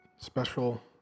special